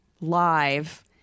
live